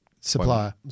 Supplier